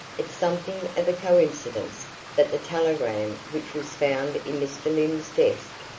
it's something of a coincidence that the telegram which was found in mr. lyne's desk,